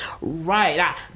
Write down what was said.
Right